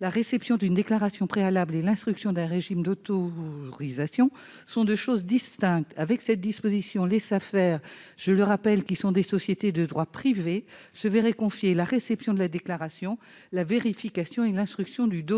La réception d'une déclaration préalable et l'instruction d'un régime d'autorisation sont pourtant deux choses distinctes. Si cette disposition s'appliquait, les Safer, qui sont, je le rappelle, des sociétés de droit privé, se verraient confier la réception de la déclaration et la vérification et l'instruction du dossier.